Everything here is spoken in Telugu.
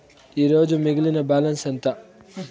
ఈరోజు మిగిలిన బ్యాలెన్స్ ఎంత?